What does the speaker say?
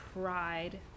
pride